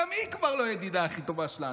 וגם היא כבר לא הידידה הכי טובה שלנו.